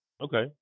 Okay